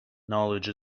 knowledge